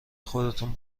خودتون